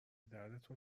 دردتون